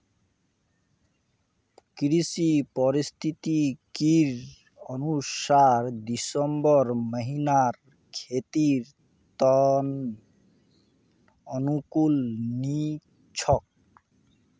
कृषि पारिस्थितिकीर अनुसार दिसंबर महीना खेतीर त न अनुकूल नी छोक